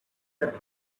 the